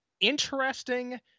interesting